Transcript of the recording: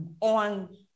on